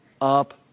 up